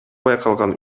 байкалган